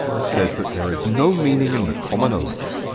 says that there is no meaning in the common oaths,